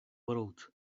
world